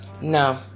no